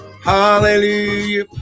Hallelujah